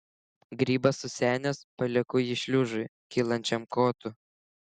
grybas susenęs palieku jį šliužui kylančiam kotu